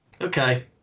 Okay